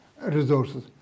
resources